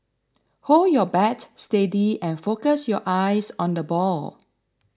hold your bat steady and focus your eyes on the ball